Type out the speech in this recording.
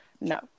no